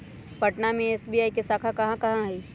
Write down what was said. पटना में एस.बी.आई के शाखा कहाँ कहाँ हई